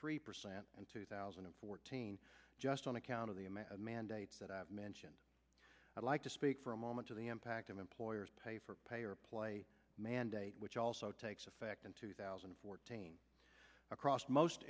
three percent in two thousand and fourteen just on account of the a madman dates that i've mentioned i'd like to speak for a moment of the impact of employers pay for pay or play mandate which also takes effect in two thousand and fourteen across most